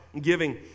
giving